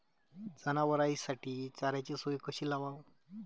जनावराइसाठी चाऱ्याची सोय कशी लावाव?